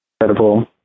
incredible